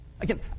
Again